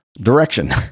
direction